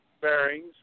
bearings